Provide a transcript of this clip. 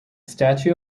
statue